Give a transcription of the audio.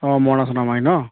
অঁ মৰণা চৰনা মাৰি ন